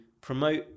promote